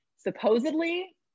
Supposedly